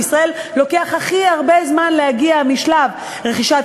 בישראל לוקח הכי הרבה זמן להגיע משלב רכישת